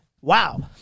wow